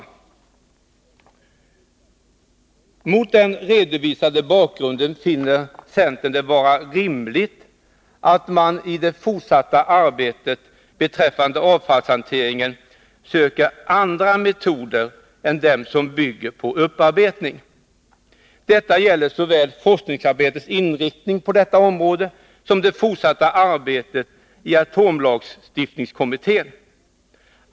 Mot den redovisade bakgrunden finner centern det vara rimligt att man i det fortsatta arbetet beträffande avfallshanteringen söker andra metoder än dem som bygger på upparbetning. Detta gäller såväl forskningsarbetets inriktning på detta område som det fortsatta arbetet i atomlagstiftningskommittén.